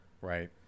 Right